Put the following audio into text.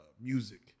music